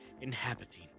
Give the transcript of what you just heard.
inhabiting